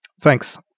Thanks